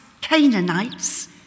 Canaanites